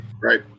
Right